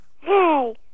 Hey